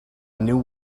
new